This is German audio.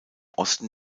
osten